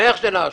איך זה נעשה?